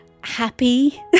happy